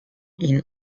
این